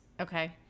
Okay